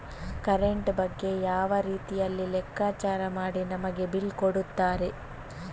Current ಬಗ್ಗೆ ಯಾವ ರೀತಿಯಲ್ಲಿ ಲೆಕ್ಕಚಾರ ಮಾಡಿ ಮನೆಗೆ ಬಿಲ್ ಕೊಡುತ್ತಾರೆ?